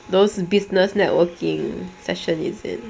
those business networking session is it